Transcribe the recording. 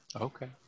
okay